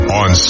on